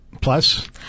plus